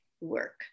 work